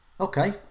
okay